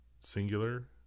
Singular